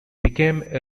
became